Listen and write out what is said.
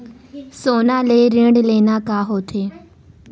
सोना ले ऋण लेना का होथे?